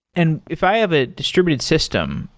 and if i have a distributed system,